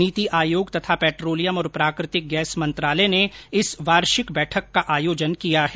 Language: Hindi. नीति आयोग तथा पेट्रोलियम और प्राकृतिक गैस मंत्रालय ने इस वार्षिक बैठक का आयोजन किया है